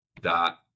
dot